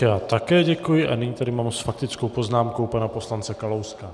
Já také děkuji a nyní tady mám s faktickou poznámkou pana poslance Kalouska.